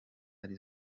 ari